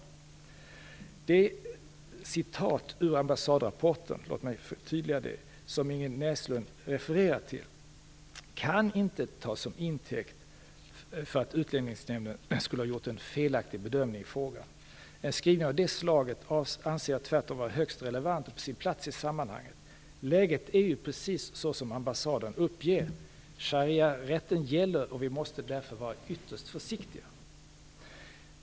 Låt mig förtydliga att det citat ur ambassadrapporten som Ingrid Näslund refererar till inte kan tas som intäkt för att Utlänningsnämnden skulle ha gjort en felaktig bedömning av frågan. Jag anser tvärtom en skrivning av det slaget vara högst relevant och på sin plats i sammanhanget. Läget är precis sådant som ambassaden uppger. Shariarätten gäller och vi måste därför vara ytterst försiktiga.